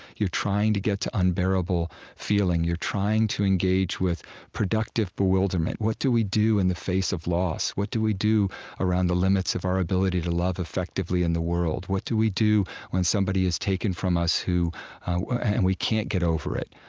you're trying to get to unbearable feeling. you're trying to engage with productive bewilderment. what do we do in the face of loss? what do we do around the limits of our ability to love effectively in the world? what do we do when somebody is taken from us, and and we can't get over it?